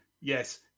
Yes